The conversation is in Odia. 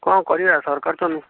କଣ କରିବା ସରକାର ତ